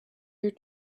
your